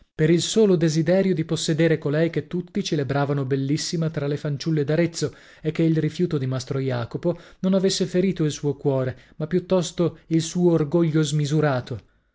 per il solo desiderio di possedere colei che tutti celebravano bellissima tra le fanciulle d'arezzo e che il rifiuto di mastro jacopo non avesse ferito il suo cuore ma piuttosto il suo orgoglio smisurato